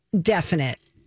definite